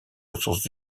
ressources